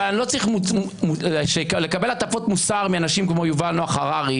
אבל אני לא צריך לקבל הטפות מוסר מאנשים כמו יובל נח הררי,